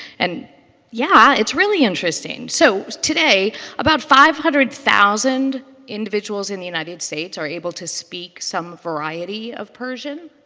and yeah, it's really interesting. so today about five hundred thousand individuals in the united states are able to speak some variety of persian.